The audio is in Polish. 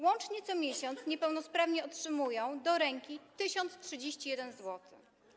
Łącznie co miesiąc niepełnosprawni otrzymują do ręki 1031 zł.